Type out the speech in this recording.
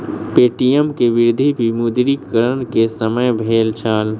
Paytm के वृद्धि विमुद्रीकरण के समय भेल छल